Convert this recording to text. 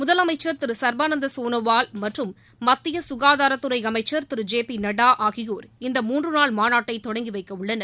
முதலமைச்சர் திரு சர்பானந்த சோனோவால் மற்றும் மத்திய சுகாதாரத்துறை அமைச்சர் திரு ஜெ பி நட்டா ஆகியோர் இந்த மூன்று நாள் மாநாட்டை தொடங்கி வைக்க உள்ளனர்